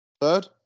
Third